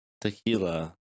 Tequila